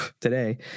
today